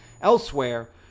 elsewhere